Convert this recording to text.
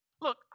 Look